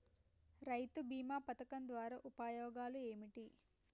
రైతు బీమా పథకం ద్వారా ఉపయోగాలు ఏమిటి?